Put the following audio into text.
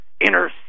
inner